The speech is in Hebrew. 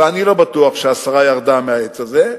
ואני לא בטוח שהשרה ירדה מהעץ הזה,